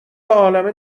عالمه